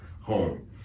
home